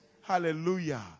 Hallelujah